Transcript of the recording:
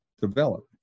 develop